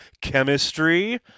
chemistry